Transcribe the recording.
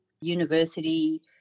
university